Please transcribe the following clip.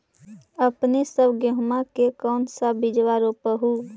अपने सब गेहुमा के कौन सा बिजबा रोप हू?